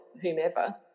whomever